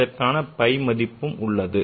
இதற்கென phi மதிப்பு உள்ளது